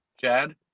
Chad